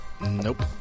Nope